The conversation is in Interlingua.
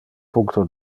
puncto